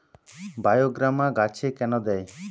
বায়োগ্রামা গাছে কেন দেয়?